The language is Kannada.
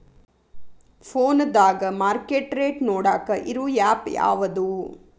ಫೋನದಾಗ ಮಾರ್ಕೆಟ್ ರೇಟ್ ನೋಡಾಕ್ ಇರು ಆ್ಯಪ್ ಯಾವದು?